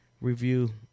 review